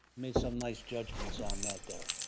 made some nice judgments on that there.